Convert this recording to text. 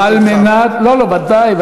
לא לא, ודאי.